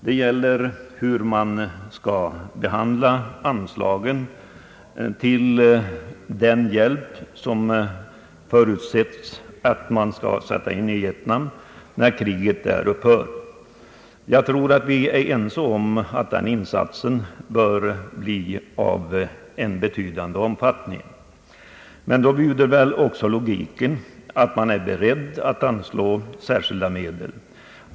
Det gäller hur man skall behandla anslagen till den hjälp som det förutsätts att man skall sätta in i Vietnam när kriget där upphör. Jag tror att vi är ense om att den insatsen bör bli av betydande omfattning. Men då bjuder väl också logiken att man är beredd att anslå särskilda medel.